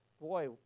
Boy